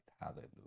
hallelujah